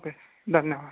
okay धन्यवाद